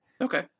Okay